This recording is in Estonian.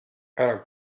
ära